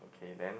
okay then